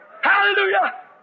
Hallelujah